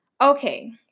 Okay